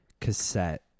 cassette